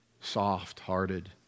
soft-hearted